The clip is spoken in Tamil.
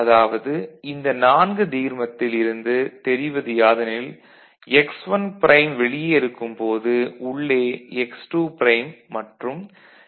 அதாவது இந்த நான்கு தீர்மத்தில் இருந்து தெரிவது யாதெனில் x1 ப்ரைம் வெளியே இருக்கும் போது உள்ளே x2 ப்ரைம் மற்றும் x2 உள்ளது